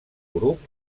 grup